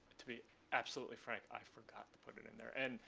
to be absolutely frank, i forgot to put it in there. and